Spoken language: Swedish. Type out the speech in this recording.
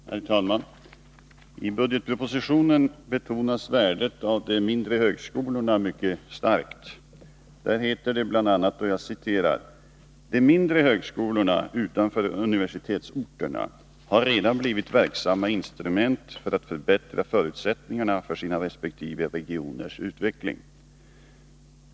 Herr talman! I budgetpropositionen betonas värdet av de mindre högskolorna mycket starkt. Det heter där bl.a.: ”De mindre högskoleenheterna utanför universitetsorterna har redan blivit verksamma instrument för att förbättra förutsättningarna för sina respektive regioners utveckling.